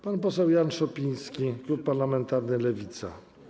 Pan poseł Jan Szopiński, klub parlamentarny Lewica.